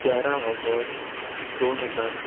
तेरा ऑगस्ट दोन हजार